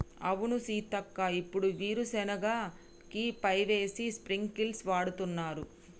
అవును సీతక్క ఇప్పుడు వీరు సెనగ కి పైపేసి స్ప్రింకిల్స్ వాడుతున్నారు